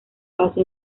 paso